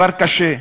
כבר קשה.